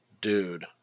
Dude